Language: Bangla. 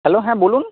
হ্যালো হ্যাঁ বলুন